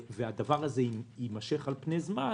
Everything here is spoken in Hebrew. והדבר הזה יימשך על-פני זמן